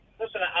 Listen